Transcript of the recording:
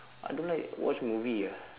I don't like watch movie ah